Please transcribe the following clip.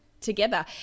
together